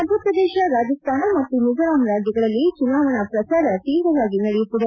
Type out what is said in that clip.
ಮಧ್ಯಪ್ರದೇಶ ರಾಜಸ್ತಾನ ಮತ್ತು ಮಿಜೋರಾಂ ರಾಜ್ಯಗಳಲ್ಲಿ ಚುನಾವಣಾ ಪ್ರಚಾರ ತೀವ್ರವಾಗಿ ನಡೆಯುತ್ತಿದೆ